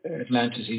Atlantis